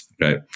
right